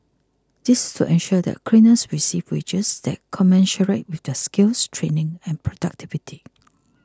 this is to ensure that cleaners receive wages that commensurate with their skills training and productivity